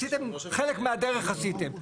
חלק מהדרך עשיתם.